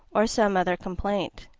or some other complaint.